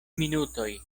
minutoj